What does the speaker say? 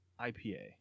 IPA